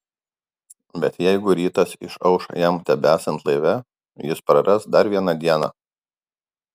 bet jeigu rytas išauš jam tebesant laive jis praras dar vieną dieną